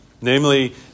namely